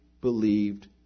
believed